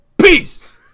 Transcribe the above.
peace